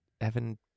Evan